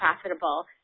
profitable